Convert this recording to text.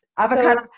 Avocado